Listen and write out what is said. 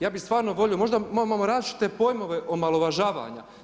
Ja bi stvarno volio, možda imamo različite pojmove o omalovažavanju.